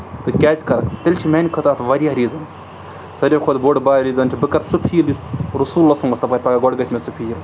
تہٕ کیٛازِ کرکھ تیٚلہِ چھِ میٛانہِ خٲطرٕ اَتھ واریاہ ریٖزن ساروی کھۄتہٕ بوٚڈ بار ریٖزَن چھِ بہٕ کَرٕ سُہ فیٖل یُس رسوٗلؐ منٛز تَپٲرۍ گۄڈٕ گژھِ مےٚ سُہ فیٖل